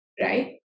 right